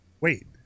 Wait